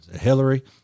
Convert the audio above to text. Hillary